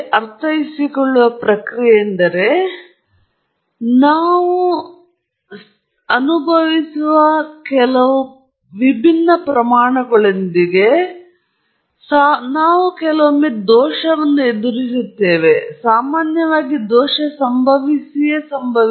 ನಾನು ಅರ್ಥೈಸಿಕೊಳ್ಳುವ ಪ್ರಕ್ರಿಯೆಯೆಂದರೆ ನಾವು ಅನುಭವಿಸುವ ಕೆಲವು ವಿಭಿನ್ನ ಪ್ರಮಾಣಗಳೊಂದಿಗೆ ನಾವು ಸಾಮಾನ್ಯವಾಗಿ ಎದುರಿಸುತ್ತೇವೆ